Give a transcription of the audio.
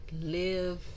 live